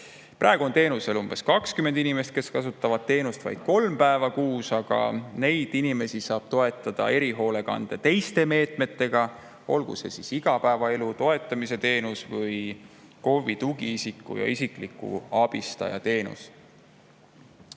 Praegu on teenusel umbes 20 inimest, kes kasutavad teenust vaid kolm päeva kuus, aga neid inimesi saab toetada erihoolekande teiste meetmetega, olgu see siis igapäevaelu toetamise teenus või KOV-i [pakutud] tugiisiku ja isikliku abistaja teenus.